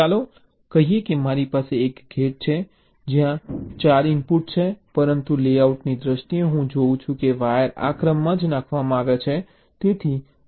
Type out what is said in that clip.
ચાલો કહીએ કે મારી પાસે એક ગેટ છે ત્યાં 4 ઇનપુટ છે પરંતુ લેઆઉટની દ્રષ્ટિએ હું જોઉં છું કે વાયર આ ક્રમમાં જ નાખવામાં આવ્યા છે